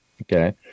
okay